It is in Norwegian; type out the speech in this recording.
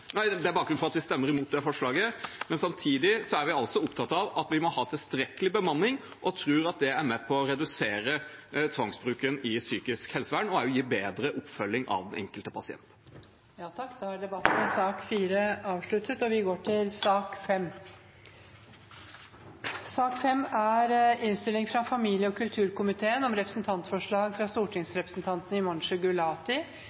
det forslaget, men samtidig er vi opptatt av at vi må ha tilstrekkelig bemanning, og tror at det er med på å redusere tvangsbruken i psykisk helsevern og å gi bedre oppfølging av den enkelte pasient. Flere har ikke bedt om ordet til sak nr. 4. Etter ønske fra familie- og kulturkomiteen vil presidenten ordne debatten slik: 3 minutter til hver partigruppe og